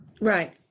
Right